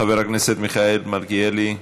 חבר הכנסת מיכאל מלכיאלי,